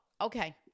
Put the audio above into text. okay